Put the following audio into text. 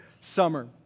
summer